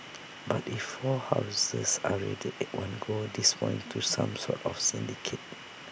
but if four houses are raided at one go this points to some sort of syndicate